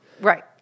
right